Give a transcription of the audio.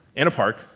in a park,